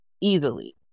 easily